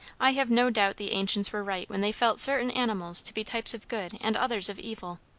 i have no doubt the ancients were right when they felt certain animals to be types of good and others of evil.